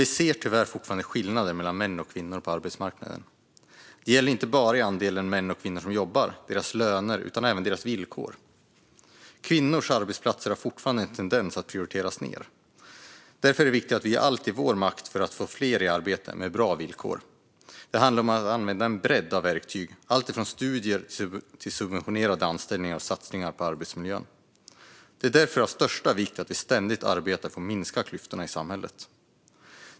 Vi ser tyvärr fortfarande skillnader mellan män och kvinnor på arbetsmarknaden. Det gäller inte bara andelen män och kvinnor som jobbar och deras löner utan även deras villkor. Kvinnors arbetsplatser har fortfarande en tendens att prioriteras ned. Därför är det viktigt att vi gör allt i vår makt för att få fler i arbete med bra villkor. Det handlar om att använda en bredd av verktyg, alltifrån studier till subventionerade anställningar och satsningar på arbetsmiljön. Det är därför av största vikt att vi ständigt arbetar för att minska klyftorna i samhället.